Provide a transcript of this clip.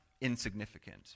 insignificant